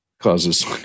causes